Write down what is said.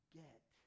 get